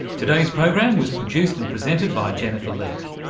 today's program was produced and presented by jennifer leake.